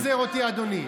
אל תצנזר אותי, אדוני.